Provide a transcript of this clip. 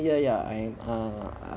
ya ya I am ah